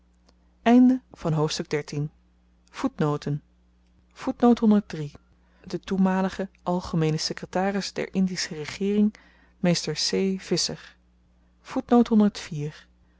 hoofdstuk de toenmalige algemeene sekretaris der indische regeering